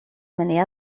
many